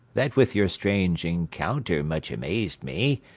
that with your strange encounter much amaz'd me,